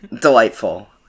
delightful